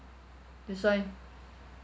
that's why